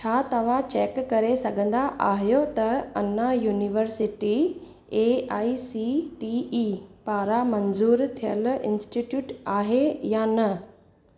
छा तव्हां चेक करे सघंदा आहियो त अन्ना यूनिवर्सिटी ऐं आइ सी टी ई पारां मंज़ूर थियल इंस्टिट्यूट आहे या न